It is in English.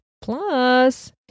Plus